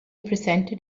presented